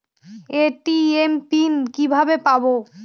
ATM pin কিভাবে পাবো?